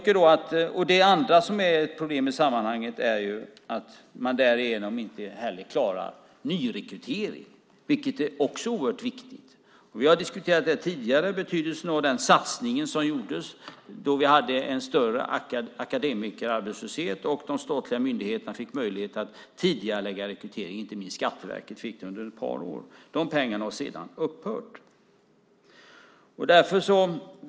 Ett annat problem i sammanhanget är att man därigenom inte heller klarar nyrekrytering, vilket också är oerhört viktigt. Vi har tidigare diskuterat betydelsen av den satsning som gjordes då vi hade en större akademikerarbetslöshet och de statliga myndigheterna fick möjlighet att tidigarelägga rekrytering. Inte minst Skatteverket fick det under ett par år. De pengarna har sedan upphört.